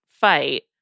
fight